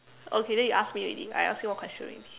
okay then you ask me already I ask you one question already